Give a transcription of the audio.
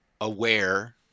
aware